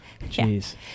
Jeez